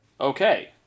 okay